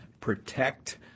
protect